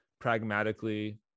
pragmatically